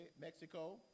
Mexico